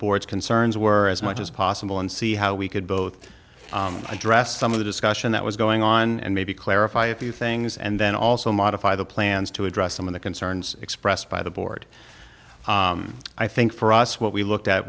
board's concerns were as much as possible and see how we could both address some of the discussion that was going on and maybe clarify a few things and then also modify the plans to address some of the concerns expressed by the board i think for us what we looked at